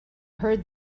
heard